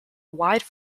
wide